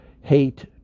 hate